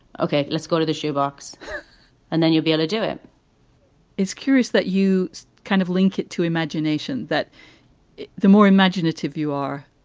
ok. let's go to the shoe box and then you'll be on to do it it's curious that you kind of link it to imagination, that the more imaginative you are,